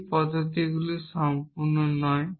এই পদ্ধতিগুলি সম্পূর্ণ নয়